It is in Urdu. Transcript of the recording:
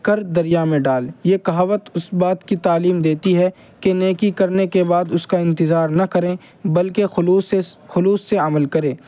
کر دریا میں ڈال یہ کہاوت اس بات کی تعلیم دیتی ہے کہ نیکی کرنے کے بعد اس کا انتظار نہ کریں بلکہ خلوص خلوص سے عمل کرے